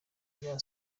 bya